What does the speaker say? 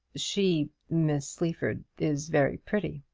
she miss sleaford is very pretty.